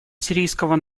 сирийского